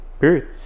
Period